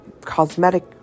cosmetic